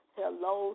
hello